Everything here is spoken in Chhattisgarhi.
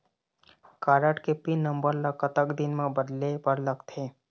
कारड के पिन नंबर ला कतक दिन म बदले बर लगथे?